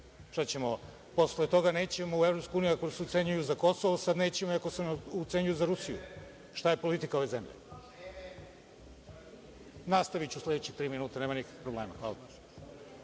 alternativa? Posle toga nećemo u EU ako nas ucenjuju za Kosovo, sad nećemo ni ako nas ucenjuju za Rusiju. Šta je politika ove zemlje? Nastaviću u sledećih tri minuta, nema nikakvi problema. Hvala.